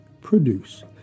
produce